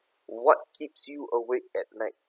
what keeps you awake at night